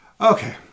Okay